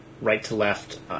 right-to-left